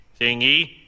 thingy